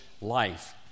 life